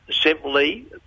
Simply